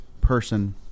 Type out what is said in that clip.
person